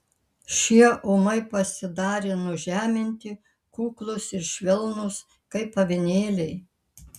šie ūmai pasidarė nužeminti kuklūs ir švelnūs kaip avinėliai